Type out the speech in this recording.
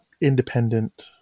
independent